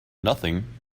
nothing